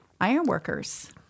ironworkers